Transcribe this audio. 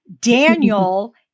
Daniel